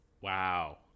Wow